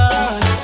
God